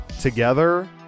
together